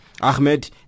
Ahmed